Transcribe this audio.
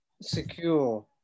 Secure